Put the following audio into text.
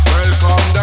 Welcome